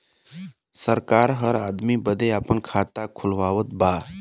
सरकार हर आदमी बदे आपे खाता खुलवावत बा